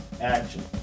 action